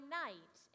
night